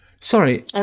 Sorry